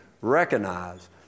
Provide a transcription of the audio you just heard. recognize